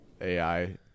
AI